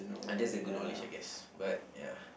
uh just a good knowledge I guess but ya